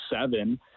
seven